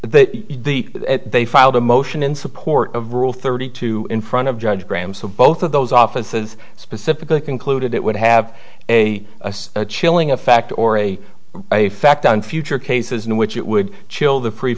that they filed a motion in support of rule thirty two in front of judge graham so both of those offices specifically concluded it would have a chilling effect or a fact on future cases in which it would chill the free